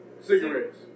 Cigarettes